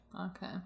Okay